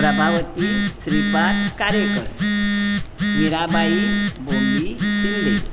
Prabhavati Shripad Karekar Mirabai Bhongi Shinde